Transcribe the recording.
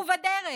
ובדרך